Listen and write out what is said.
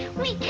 we